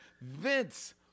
Vince